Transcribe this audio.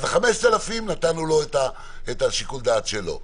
אז ל-5,000 נתנו לו את שיקול הדעת שלו,